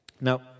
Now